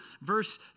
verse